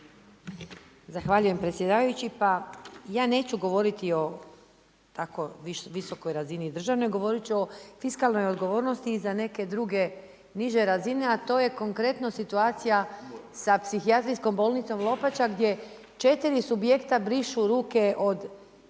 Zahvaljujem predsjedavajući. Pa ja neću govoriti o tako visokoj razini državne, govoriti ću o fiskalnoj odgovornosti i za neke druge niže razine a to je konkretno situacija sa psihijatrijskom bolnicom Lopača gdje 4 subjekta brišu ruke od